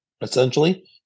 essentially